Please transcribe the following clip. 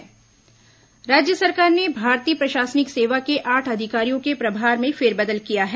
तबादला राज्य सरकार ने भारतीय प्रशासनिक सेवा के आठ अधिकारियों के प्रभार में फेरबदल किया है